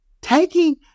taking